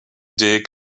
dig